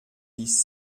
dix